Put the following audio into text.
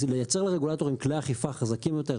אזל ייצר לרגולטורים כלי אכיפה חזקים יותר,